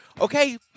Okay